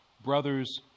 brothers